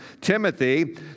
Timothy